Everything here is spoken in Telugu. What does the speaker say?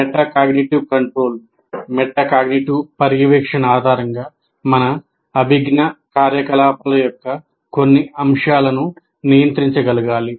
మెటాకాగ్నిటివ్ కంట్రోల్ మెటాకాగ్నిటివ్ పర్యవేక్షణ ఆధారంగా మన అభిజ్ఞా కార్యకలాపాల యొక్క కొన్ని అంశాలను నియంత్రించగలగాలి